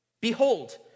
Behold